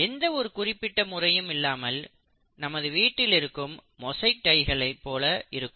எந்த ஒரு குறிப்பிட்ட முறையும் இல்லாமல் நமது வீட்டில் இருக்கும் மொசைக் டைல்ஸ்களைப் போல இருக்கும்